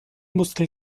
muskel